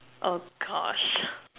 oh gosh